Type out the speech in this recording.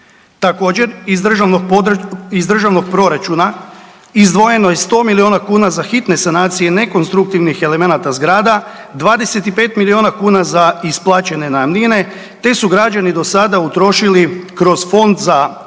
Također, iz državnog proračuna izdvojeno je 100 milijuna kuna za hitne sanacije nekonstruktivnih elemenata zgrada, 25 milijuna kuna za isplaćene najamnine, te su građani do sada utrošili kroz Fond za zaštitu